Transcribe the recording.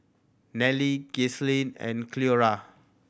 Neely Gisele and Cleora